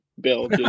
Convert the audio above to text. bill